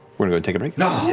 we're going to take a break.